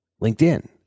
LinkedIn